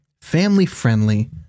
family-friendly